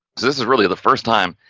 this is really the first time,